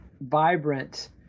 vibrant